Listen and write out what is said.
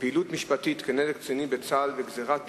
פעילות משפטית נגד קצינים בצה"ל וגזירת